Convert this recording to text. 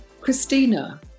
Christina